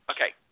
Okay